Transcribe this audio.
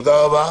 תודה רבה.